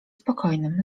spokojnym